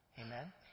Amen